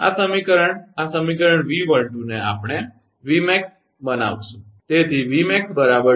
તો આ સમીકરણ આ સમીકરણ 𝑉12 ને બદલે આપણે આ 𝑉𝑚𝑎𝑥 બનાવીશુંબરાબર